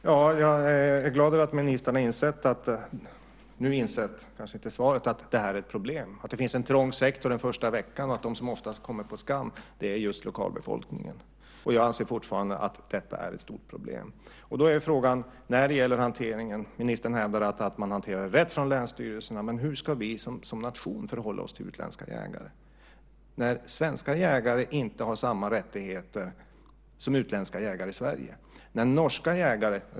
Herr talman! Jag är glad över att ministern har insett nu - men kanske inte i svaret - att det här är ett problem. Det finns en trång sektor den första veckan, och de som oftast kommer på skam är just lokalbefolkningen. Jag anser fortfarande att detta är ett stort problem. Ministern hävdar att man hanterar detta rätt från länsstyrelserna. Men frågan är hur vi som nation ska förhålla oss till utländska jägare. Svenska jägare har inte samma rättigheter utomlands som utländska jägare har i Sverige.